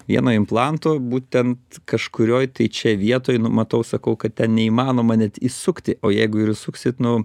vieno implanto būtent kažkurioj tai čia vietoj nu matau sakau kad ten neįmanoma net įsukti o jeigu ir įsuksit nu